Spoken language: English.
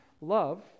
Love